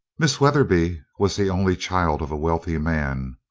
miss weatherby was the only child of a wealthy man,